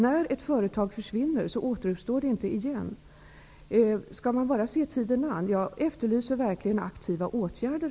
När ett företag försvinner kan det inte återuppstå igen. Skall man bara se tiden an? Jag efterlyser verkligen aktiva åtgärder.